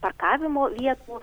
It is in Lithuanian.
parkavimo vietų